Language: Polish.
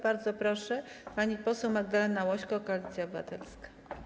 Bardzo proszę, pani poseł Magdalena Łośko, Koalicja Obywatelska.